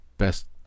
best